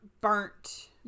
burnt